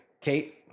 Kate